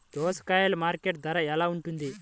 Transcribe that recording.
దోసకాయలు మార్కెట్ ధర ఎలా ఉంటుంది?